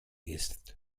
ist